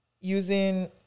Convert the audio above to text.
using